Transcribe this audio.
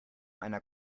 einer